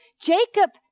Jacob